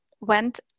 went